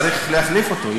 צריך להחליף אותו.